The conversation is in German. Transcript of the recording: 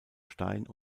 stein